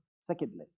Secondly